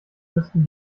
müssten